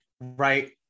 Right